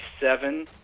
seven